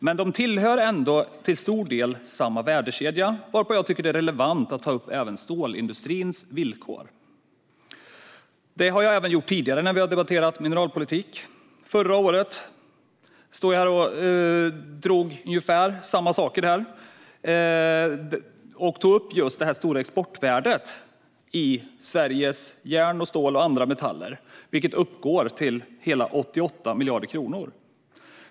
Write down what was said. Men de tillhör ändå till stor del samma värdekedja, varför jag tycker det är relevant att även ta upp stålindustrins villkor. Det har jag gjort tidigare när vi har debatterat mineralpolitik. Förra året drog jag ungefär samma saker och tog upp det stora exportvärdet av Sveriges järn, stål och andra metaller, som då uppgick till hela 88 miljarder kronor.